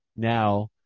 now